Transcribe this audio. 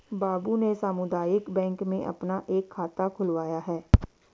बाबू ने सामुदायिक बैंक में अपना एक खाता खुलवाया है